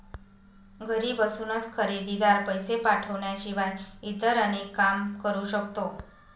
घरी बसूनच खरेदीदार, पैसे पाठवण्याशिवाय इतर अनेक काम करू शकतो